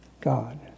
God